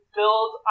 build